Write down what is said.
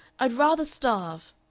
i'd rather starve!